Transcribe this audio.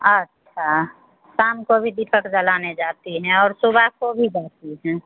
अच्छा शाम को भी दीपक जलाने जाती हैं और सुबह को भी जाती हैं